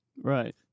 Right